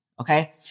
okay